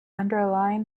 underlying